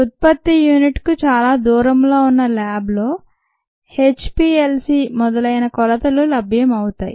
ఉత్పత్తి యూనిట్కు చాలా దూరంలో ఉన్న ల్యాబ్లో హెచ్ పిఎల్ సి మొదలైన కొలతలు లభ్యం అవుతాయి